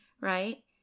Right